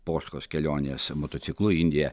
poškos kelionės motociklu į indiją